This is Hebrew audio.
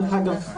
דרך אגב,